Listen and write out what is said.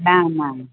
ના ના